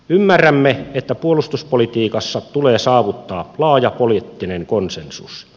ymmärrämme että puolustuspolitiikassa tulee saavuttaa laaja poliittinen konsensus